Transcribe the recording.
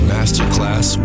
Masterclass